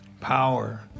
power